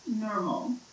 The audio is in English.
normal